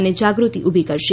અને જાગૃતિ ઉલી કરશે